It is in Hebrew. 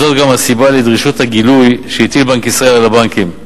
זאת גם הסיבה לדרישות הגילוי שהטיל בנק ישראל על בנקים: